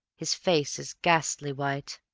his face is ghastly white,